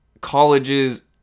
colleges